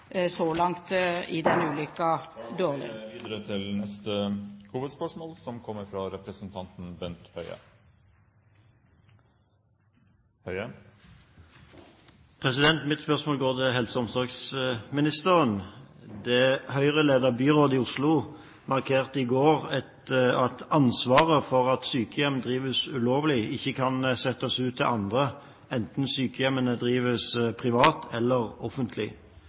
videre til neste hovedspørsmål. Mitt spørsmål går til helse- og omsorgsministeren. Det Høyre-ledede byrådet i Oslo markerte i går at ansvaret for at sykehjem drives lovlig, ikke kan settes ut til andre, enten sykehjemmene drives privat eller offentlig.